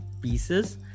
pieces